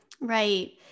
Right